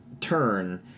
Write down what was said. turn